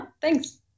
Thanks